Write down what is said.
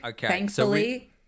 thankfully